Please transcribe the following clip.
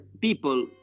people